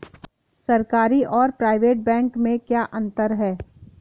सरकारी और private bank में क्या अंतर है?